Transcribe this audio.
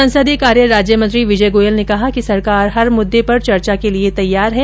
संसदीय कार्य राज्यमंत्री विजय गोयल ने कहा कि सरकार हर मुद्दे पर चर्चा के लिए तैयार है